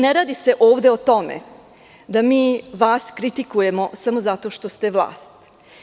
Ne radi se ovde o tome da mi vas kritikujemo samo zato što ste vlast.